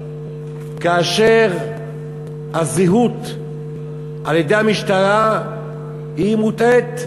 כאשר הזהות שנקבעה על-ידי המשטרה היא מוטעית,